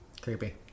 Creepy